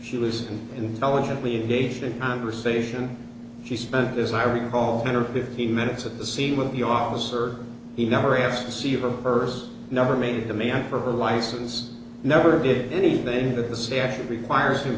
she listened intelligently engaged in conversation she spent as i recall ten or fifteen minutes at the scene with the officer he never asked to see her purse never made the man for her license never did anything that the statute requires him